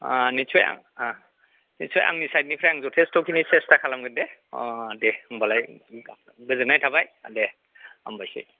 आ निस्सय आ निस्सय आंनि सायदनिफ्राय जथेसथ' खिनि सेसथा खालामगोन दे अ दे होमबालाय गोजोननाय थाबाय दे हामबायसै